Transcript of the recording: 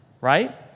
right